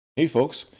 hey folks!